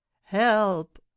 help